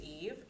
Eve